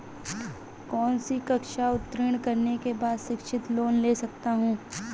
कौनसी कक्षा उत्तीर्ण करने के बाद शिक्षित लोंन ले सकता हूं?